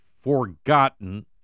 Forgotten